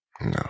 No